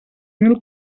mil